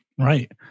Right